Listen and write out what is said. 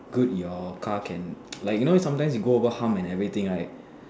good your car can like you know sometimes you go over hump and everything right